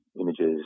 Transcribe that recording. images